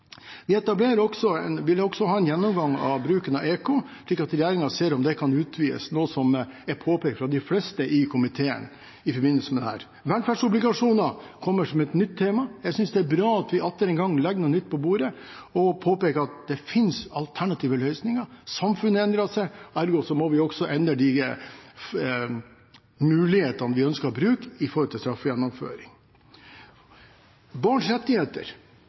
Vi vil også ha en gjennomgang av bruken av EK, elektronisk kontroll, og at regjeringen ser om det kan utvides, noe som er påpekt av de fleste i komiteen. Velferdsobligasjoner kommer som et nytt tema. Jeg synes det er bra at vi atter en gang legger noe nytt på bordet og påpeker at det finnes alternative løsninger. Samfunnet endrer seg, ergo må vi også endre mulighetene som vi ønsker å bruke ved straffegjennomføring. Barns rettigheter